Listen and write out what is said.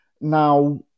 Now